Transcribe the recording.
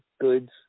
goods